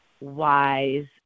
wise